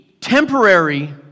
temporary